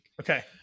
Okay